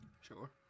Sure